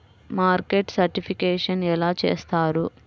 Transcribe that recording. Market certification ఎలా చేస్తారు?